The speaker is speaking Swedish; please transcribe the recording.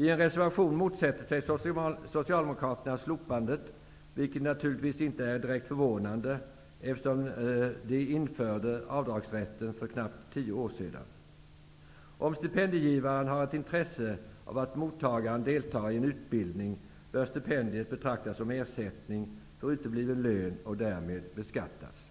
I en reservation motsätter sig Socialdemokraterna slopandet, vilket naturligtvis inte är direkt förvånande, eftersom de införde avdragsrätten för knappt tio år sedan. Om stipendiegivaren har ett intresse av att mottagaren deltar i en utbildning bör stipendiet betraktas som ersättning för utebliven lön och därmed beskattas.